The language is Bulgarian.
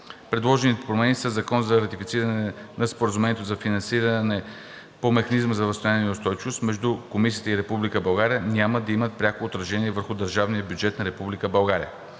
Предложените промени със Закона за ратифициране на Споразумението за финансиране по Механизма за възстановяване и устойчивост между Комисията и Република България няма да имат пряко отражение върху държавния бюджет на